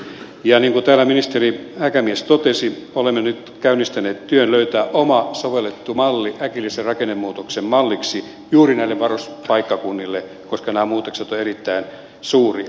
niin kuin täällä ministeri häkämies totesi olemme nyt käynnistäneet työn löytää oma sovellettu malli äkillisen rakennemuutoksen malliksi juuri näille varuskuntapaikkakunnille koska nämä muutokset ovat erittäin suuria